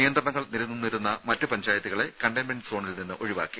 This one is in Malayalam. നിയന്ത്രണങ്ങൾ നിലനിന്നിരുന്ന മറ്റ് പഞ്ചായത്തുകളെ കണ്ടെയ്മെന്റ് സോണിൽ നിന്നും ഒഴിവാക്കി